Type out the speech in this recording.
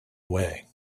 away